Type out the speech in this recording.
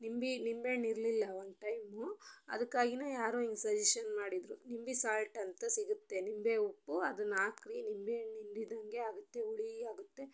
ನಿಂಬೆ ನಿಂಬೆಹಣ್ ಇರಲಿಲ್ಲ ಒಂದು ಟೈಮು ಅದಕ್ಕಾಗಿಯೇ ಯಾರೋ ಹಿಂಗ್ ಸಜೆಷನ್ ಮಾಡಿದರು ನಿಂಬೆ ಸಾಲ್ಟ್ ಅಂತ ಸಿಗತ್ತೆ ನಿಂಬೆ ಉಪ್ಪು ಅದನ್ನ ಹಾಕ್ರಿ ನಿಂಬೆಹಣ್ ಹಿಂಡಿದಂಗೆ ಆಗತ್ತೆ ಹುಳಿ ಆಗುತ್ತೆ